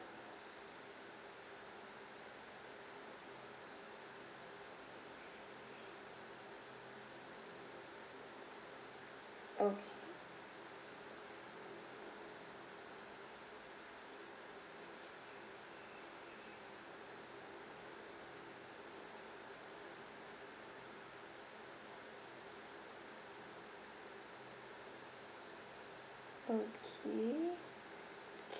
okay okay